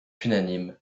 unanime